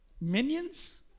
minions